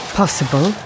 possible